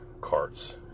carts